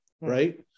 right